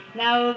now